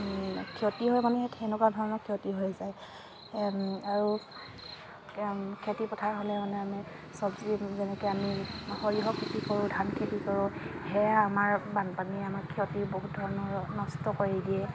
ক্ষতি হয় মানে ইয়াত সেনেকুৱা ধৰণৰ ক্ষতি হৈ যায় আৰু খেতি পথাৰ হ'লে মানে আমি চব্জি যেনেকৈ আমি সৰিয়হ খেতি কৰোঁ ধান খেতি কৰোঁ সেয়া আমাৰ বানপানীয়ে আমাৰ ক্ষতি বহুত ধৰণৰ নষ্ট কৰি দিয়ে